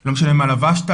לא משנה מה לבשת,